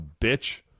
bitch